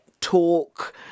talk